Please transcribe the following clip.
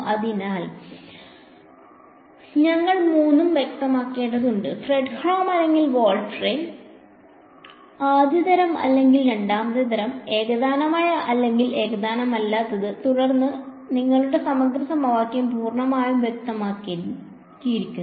അതിനാൽ ഞങ്ങൾ മൂന്നും വ്യക്തമാക്കേണ്ടതുണ്ട് ഫ്രെഡ്ഹോം അല്ലെങ്കിൽ വോൾട്ടേറ ആദ്യ തരം അല്ലെങ്കിൽ രണ്ടാമത്തെ തരം ഏകതാനമായ അല്ലെങ്കിൽ ഏകതാനമല്ലാത്തത് തുടർന്ന് നിങ്ങളുടെ സമഗ്ര സമവാക്യം പൂർണ്ണമായും വ്യക്തമാക്കിയിരിക്കുന്നു